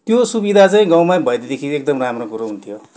त्यो सुविधा चाहिँ गाउँमै भइदिएदेखि एकदम राम्रो कुरो हुन्थ्यो